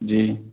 जी